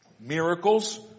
Miracles